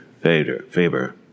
Faber